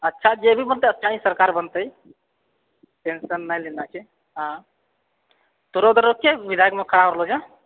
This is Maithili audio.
अच्छा जे भी बनतै अच्छा ही सरकार बनतै टेन्सन नहि लेना छै तोरो उधरके विधायकमे खड़ा हो रहलो छो